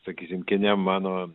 sakysim kine mano